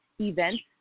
events